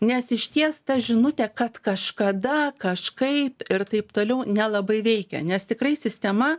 nes išties ta žinutė kad kažkada kažkaip ir taip toliau nelabai veikia nes tikrai sistema